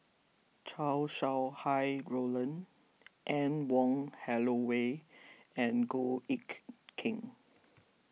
Chow Sau Hai Roland Anne Wong Holloway and Goh Eck Kheng